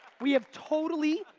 we have totally,